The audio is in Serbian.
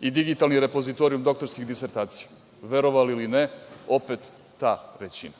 I digitalni repozitorijum doktorskih disertacija, verovali ili ne, opet ta većina.